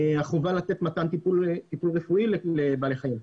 החובה לתת טיפול רפואי לבעלי חיים,